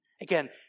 Again